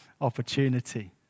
opportunity